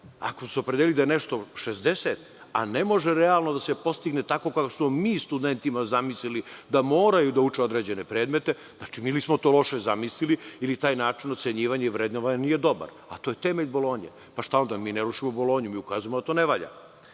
Ako smo opredelili da je nešto 60, a ne može realno da se postigne tako kako smo studentima zamislili da moraju da uče određene predmete, znači ili smo to loše zamislili, ili taj način ocenjivanja i vrednovanja nije dobar. To je temelj Bolonje. Šta onda? Ne rušimo Bolonju, mi ukazujemo da to ne valja. Rekli